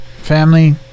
family